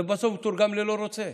זה בסוף מתורגם ל"לא רוצה".